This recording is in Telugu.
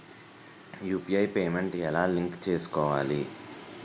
యు.పి.ఐ పేమెంట్ ఎలా లింక్ చేసుకోవాలి?